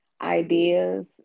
ideas